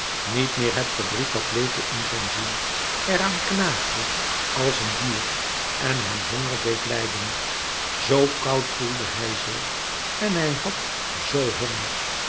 niet meer het verdriet dat leefde in zijn ziel er aan knaagde als een dier en hem honger deed lijden zoo koud voelde hij zich en hij had zoo honger